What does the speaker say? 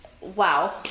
wow